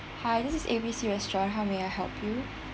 hi this is A B C restaurant how may I help you ya